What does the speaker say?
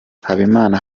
habimana